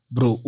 Bro